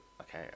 okay